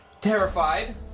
terrified